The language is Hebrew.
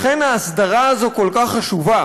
לכן ההסדרה הזאת כל כך חשובה,